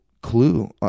clue